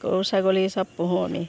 গৰু ছাগলী চব পোহোঁ আমি